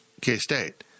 K-State